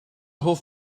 hoff